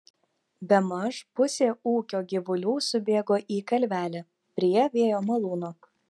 bemaž pusė ūkio gyvulių subėgo į kalvelę prie vėjo malūno